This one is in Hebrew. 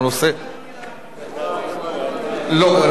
אני רוצה לקבל, לא.